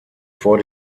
vor